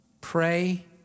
pray